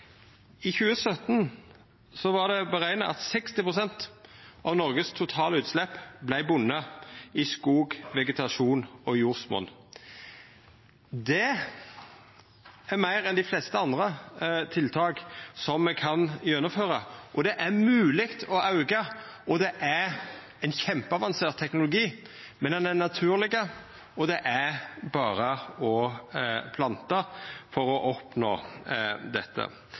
I 2017 var det berekna at 60 pst. av Noregs totale utslepp vart bunde i skog, vegetasjon og jordsmonn. Det er meir enn dei fleste andre tiltak som me kan gjennomføra, det er mogleg å auka, og det er ein kjempeavansert teknologi, men han er naturleg, og det er berre å planta for å oppnå dette.